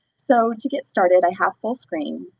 so, to get started, i have full screen,